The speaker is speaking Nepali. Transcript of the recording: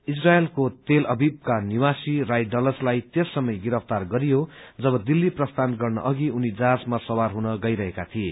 इब्राइलको तेल अभिभका निवासी राय डलचलाई त्यस समय गिरफ्तार गरियो जव दिल्ली प्रस्थान गर्न अघि उनी जहाजमा सवार हुन गई रहेका थिए